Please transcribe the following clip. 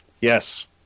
Yes